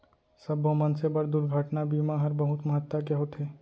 सब्बो मनसे बर दुरघटना बीमा हर बहुत महत्ता के होथे